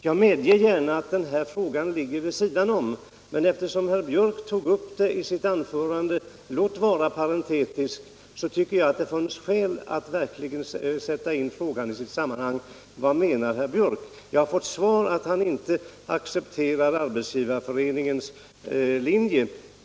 Jag medger gärna att denna fråga ligger vid sidan av det ärende vi nu behandlar, men eftersom herr Biörck tog upp den i sitt anförande — låt vara parentetiskt — tycker jag att det fanns skäl att fråga vad herr Biörck menade. Jag har fått svaret att han inte accepterar Arbetsgivareföreningens linje.